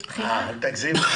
אל תגזימי.